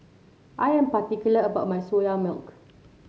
I am particular about my Soya Milk